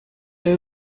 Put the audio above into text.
der